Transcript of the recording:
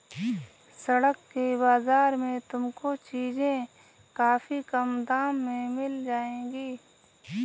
सड़क के बाजार में तुमको चीजें काफी कम दाम में मिल जाएंगी